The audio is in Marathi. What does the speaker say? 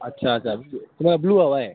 अच्छा अच्छा तुम्हाला ब्लू हवा आहे